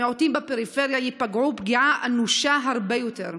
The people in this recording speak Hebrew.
המיעוטים בפריפריה ייפגעו פגיעה אנושה הרבה יותר.